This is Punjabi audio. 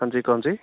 ਹਾਂਜੀ ਕੌਣ ਜੀ